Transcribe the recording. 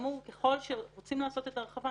ככל שרוצים לעשות את ההרחבה,